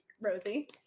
Rosie